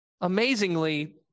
amazingly